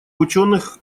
ученых